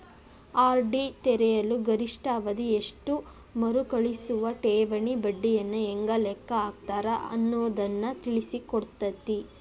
RD ತೆರೆಯಲು ಗರಿಷ್ಠ ಅವಧಿ ಎಷ್ಟು ಮರುಕಳಿಸುವ ಠೇವಣಿ ಬಡ್ಡಿಯನ್ನ ಹೆಂಗ ಲೆಕ್ಕ ಹಾಕ್ತಾರ ಅನ್ನುದನ್ನ ತಿಳಿಸಿಕೊಡ್ತತಿ